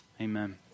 Amen